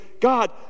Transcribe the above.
God